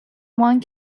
one